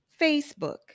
Facebook